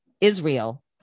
Israel